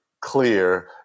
clear